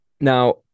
Now